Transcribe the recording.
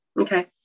Okay